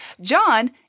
John